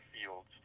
fields